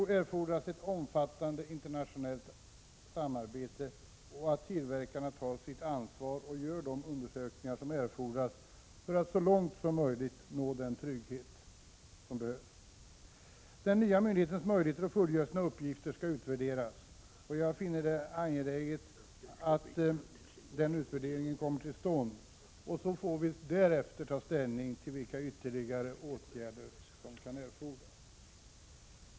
Det fordras ett omfattande internationellt samarbete, och tillverkarna måste ta sitt ansvar och göra de undersökningar som erfordras för att så långt som möjligt nå den trygghet som behövs. Den nya myndighetens möjligheter att fullgöra sina uppgifter skall utvärderas. Jag finner det angeläget att den utvärderingen kommer till stånd och att vi därefter får ta ställning till vilka ytterligare åtgärder som erfordras.